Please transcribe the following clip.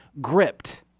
gripped